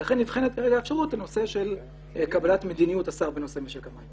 ולכן נבחנת האפשרות לנושא של קבלת מדיניות השר בנושא משק המים.